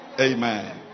Amen